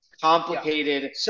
complicated